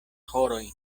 horojn